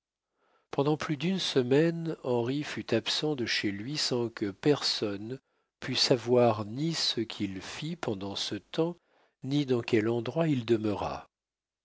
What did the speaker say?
pendant plus d'une semaine henri fut absent de chez lui sans que personne pût savoir ni ce qu'il fit pendant ce temps ni dans quel endroit il demeura